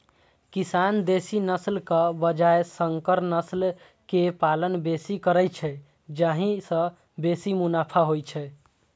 किसान देसी नस्लक बजाय संकर नस्ल के पालन बेसी करै छै, जाहि सं बेसी मुनाफा होइ छै